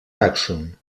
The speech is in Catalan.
tàxon